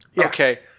Okay